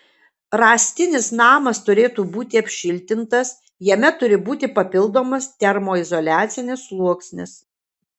rąstinis namas turėtų būti apšiltintas jame turi būti papildomas termoizoliacinis sluoksnis